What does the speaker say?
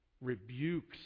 rebukes